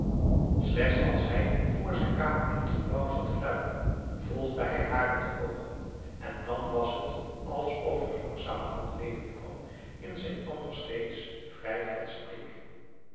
slechts als hij vr zijn kamer in t gebouw zat te luieren volgde hij haar met de oogen en dan was het alsof er langzamerhand leven kwam in zijn anders reeds vrij fletschen blik